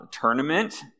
tournament